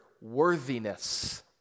Worthiness